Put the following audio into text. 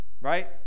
right